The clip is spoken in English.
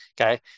okay